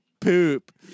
poop